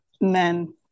men